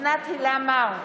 אוסנת הילה מארק,